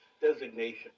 designation